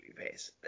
babyface